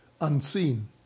unseen